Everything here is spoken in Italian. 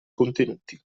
contenuti